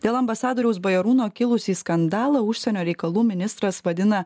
dėl ambasadoriaus bajarūno kilusį skandalą užsienio reikalų ministras vadina